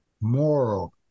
moral